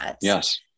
Yes